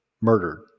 murdered